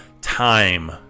time